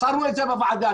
מסרנו את זה בוועדה,